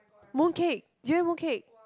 mooncake durian mooncake